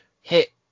hit